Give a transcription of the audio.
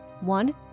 One